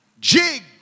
jig